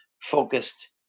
Focused